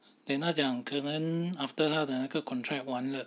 then 他讲可能 after 他的那个 contract 完了